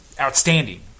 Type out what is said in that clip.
outstanding